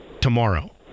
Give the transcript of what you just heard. tomorrow